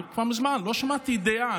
אני כבר מזמן לא שמעתי דעה.